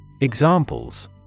Examples